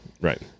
Right